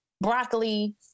broccoli